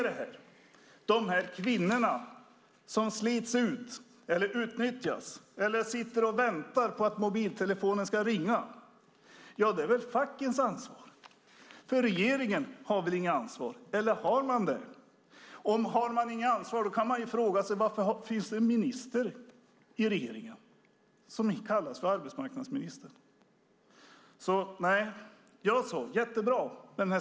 De kvinnor som slits ut, utnyttjas eller sitter och väntar på att mobiltelefonen ska ringa är fackens ansvar, för regeringen har väl inget ansvar. Eller har man det? Har man inget ansvar kan man fråga varför det finns en minister i regeringen som kallas arbetsmarknadsminister.